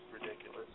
ridiculous